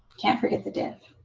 can't forget the div.